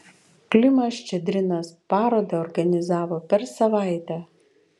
klimas ščedrinas parodą organizavo per savaitę